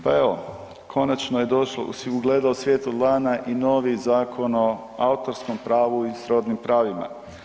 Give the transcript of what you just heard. Pa evo konačno je ugledao svjetlo dana i novi Zakon o autorskom pravu i srodnim pravima.